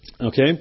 Okay